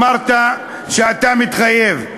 אמרת שאתה מתחייב,